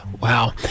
Wow